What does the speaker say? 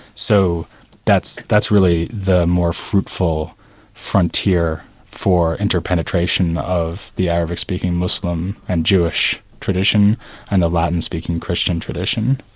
so that's that's really the more fruitful frontier for interpenetration of the arabic speaking muslim and jewish tradition and the latin speaking christian tradition.